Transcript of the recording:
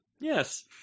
Yes